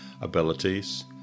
abilities